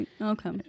Okay